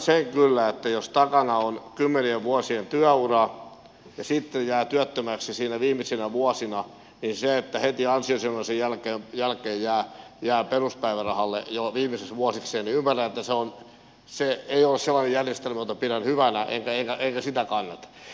ymmärrän sen kyllä että jos takana on kymmenien vuosien työura ja sitten jää työttömäksi viimeisinä vuosina niin se että heti ansiosidonnaisen jälkeen jää peruspäivärahalle viimeisiksi vuosiksi ei ole sellainen järjestelmä jota pidän hyvänä enkä sitä kannata